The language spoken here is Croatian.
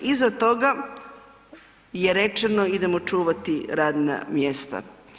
Iza toga je rečeno, idemo čuvati radna mjesta.